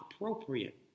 appropriate